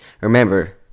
Remember